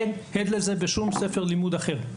אין הד לזה בשום ספר לימוד אחר,